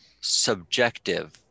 subjective